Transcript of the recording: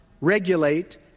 regulate